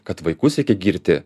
kad vaikus reikia girti